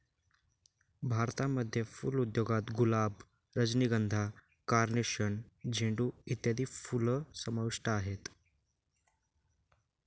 भारतामध्ये फुल उद्योगात गुलाब, रजनीगंधा, कार्नेशन, झेंडू इत्यादी फुलं समाविष्ट आहेत